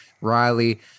Riley